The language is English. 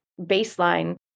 baseline